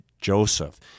Joseph